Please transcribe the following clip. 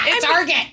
Target